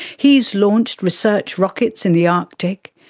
he has launched research rockets in the arctic,